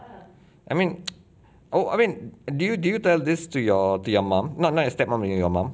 I mean oh I mean do you do you tell this to your to your mum not not your step mum you know your mum